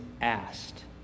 asked